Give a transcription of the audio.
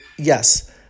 Yes